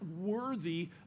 worthy